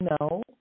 No